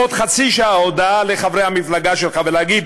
בעוד חצי שעה, הודעה לחברי המפלגה שלך ולהגיד: